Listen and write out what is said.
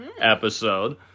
episode